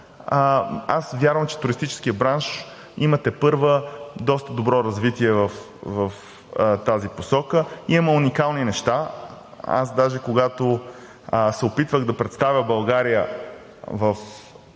аз вярвам, че туристическият бранш има тепърва доста добро развитие в тази посока. Ние имаме уникални неща. Аз даже, когато се опитвах да представя България на